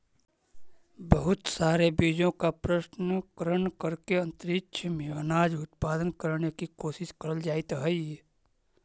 बहुत सारे बीजों का प्रशन करण करके अंतरिक्ष में अनाज उत्पादन करने की कोशिश करल जाइत हई